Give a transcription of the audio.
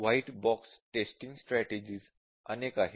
white box testing strategies अनेक आहेत